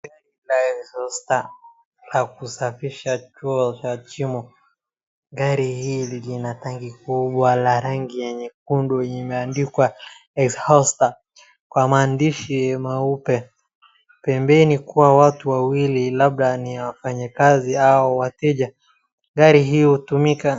Gari la exhauster ya kusafisha choo ya shimo. Gari hili lina tanki kubwa la rangi ya nyekundu imeandikwa exhauster kwa maandishi meupe. Pembeni kuna watu wawili labda ni wafanyikazi au wateja. Gari hiyo hutumika ...